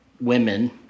women